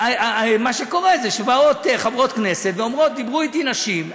מה שקורה זה שבאות חברות כנסת ואומרות: דיברו אתי נשים,